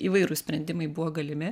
įvairūs sprendimai buvo galimi